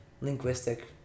linguistic